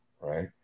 right